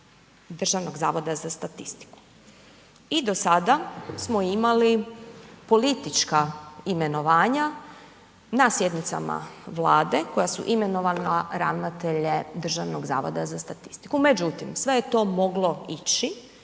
Državnog zavoda za statistiku. I do sada smo imali politička imenovanja na sjednicama Vlade koja su imenovala ravnatelje Državnog zavoda za statistiku. Međutim, sve je to moglo ići